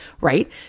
right